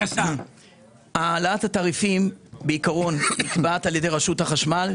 העלאת התעריפים נקבעת על ידי רשות החשמל.